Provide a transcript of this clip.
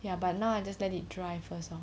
ya but now I just let it dry first lah